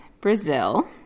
Brazil